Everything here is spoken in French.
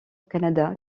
canada